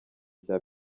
cya